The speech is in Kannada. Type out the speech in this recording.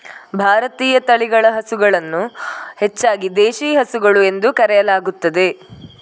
ಭಾರತೀಯ ತಳಿಗಳ ಹಸುಗಳನ್ನು ಹೆಚ್ಚಾಗಿ ದೇಶಿ ಹಸುಗಳು ಎಂದು ಕರೆಯಲಾಗುತ್ತದೆ